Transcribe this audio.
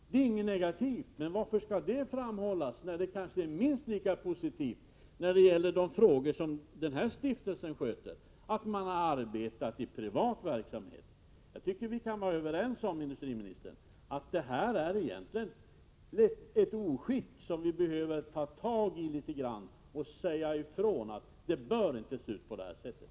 Det är inte negativt, men varför skall det framhållas då det kanske är minst lika positivt att ha arbetat i privat verksamhet då det gäller den här stiftelsens verksamhetsområde? Vi kan vara överens om, industriministern, att detta egentligen är ett oskick och att vi behöver säga ifrån att annonserna inte bör se ut på det här sättet.